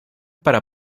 para